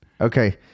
Okay